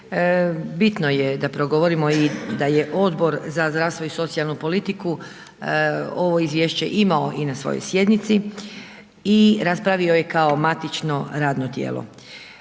Bitno je da progovorimo i da je Odbor za zdravstvo i socijalnu politiku ovo izvješće imao i na svojoj sjednici i raspravio je kao matično radno tijelo.